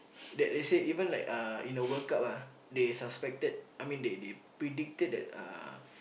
that they say even like uh in a World Cup ah they suspected I mean they they predicted that uh